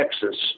Texas